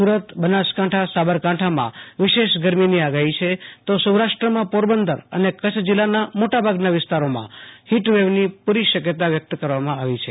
સુ રતબનાસકાંઠાસાબરકાંઠામાં વિશેષ ગરમીની આગાહી છે તો સૌરાષ્ટ્રમાં પોરબંદર અને કચ્છ જિલ્લાના મોટા ભાગના વિસ્તારોમાં ફીટ વેવની પુરી શક્યતા વ્યક્ત કરવામાં આવી છે